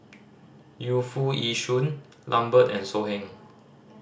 Yu Foo Yee Shoon Lambert and So Heng